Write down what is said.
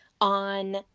on